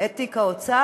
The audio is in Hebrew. את תיק האוצר.